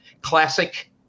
classic